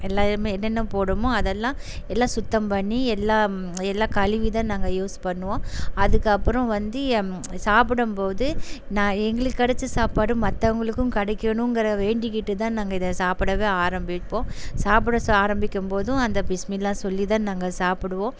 எல்லாமே என்னென்ன போடுவோமோ அதெல்லாம் எல்லாம் சுத்தம் பண்ணி எல்லாம் எல்லாம் கழுவிதான் நாங்கள் யூஸ் பண்ணுவோம் அதுக்கப்புறம் வந்து சாப்பிடும்போது நான் எங்களுக்கு கிடைச்ச சாப்பாடு மற்றவங்களுக்கும் கிடைக்கணுங்கிற வேண்டிக்கிட்டுதான் நாங்கள் இதை சாப்பிடவே ஆரம்பிப்போம் சாப்பிட ச ஆரம்பிக்கும்போதும் அந்த பிஸ்மில்லா சொல்லிதான் நாங்கள் சாப்பிடுவோம்